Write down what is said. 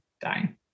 dying